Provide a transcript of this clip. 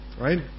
right